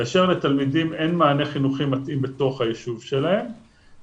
כאשר לתלמידים אין מענה חינוכי מתאים בתוך היישוב שלהם,